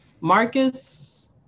Marcus